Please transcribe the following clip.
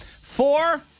four